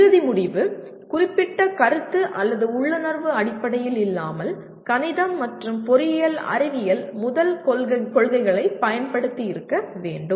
இறுதி முடிவு குறிப்பிட்ட கருத்து அல்லது உள்ளுணர்வு அடிப்படையில் இல்லாமல் கணிதம் மற்றும் பொறியியல் அறிவியல் முதல் கொள்கைகளைப் பயன்படுத்தி இருக்க வேண்டும்